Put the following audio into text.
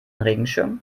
regenschirm